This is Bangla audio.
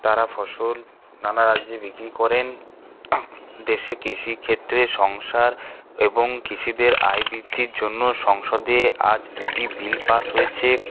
তারা ফসল নানা রাজ্যে বিক্রি করেন দেশে কৃষিক্ষেত্রে সংসার এবং কৃষিদের আয় বৃদ্ধির জন্য সংসদে আজ দুটি বিল পাস হয়েছে